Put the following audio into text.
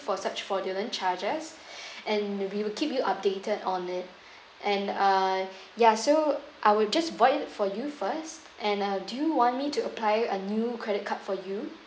for such fraudulent charges and we will keep you updated on it and uh ya so I would just void for you first and uh do you want me to apply a new credit card for you